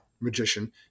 magician